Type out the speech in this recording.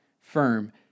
firm